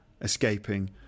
escaping